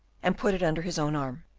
and put it under his own arm.